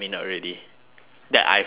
that I freely chose it